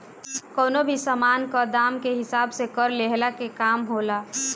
कवनो भी सामान कअ दाम के हिसाब से कर लेहला के काम होला